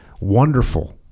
wonderful